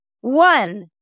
One